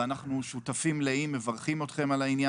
אנו שותפים מלאים, מברכים אתכם על כך.